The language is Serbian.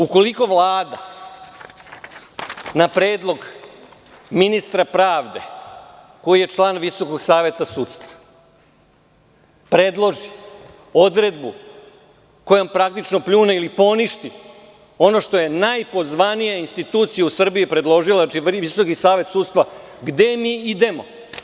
Ukoliko Vlada na predlog ministra pravde koji je član Visokog saveta sudstva predloži odredbu kojom praktično pljune ili poništi ono što je najpozvanija institucija u Srbiji predložila, znači Visoki savet sudstva, gde mi idemo?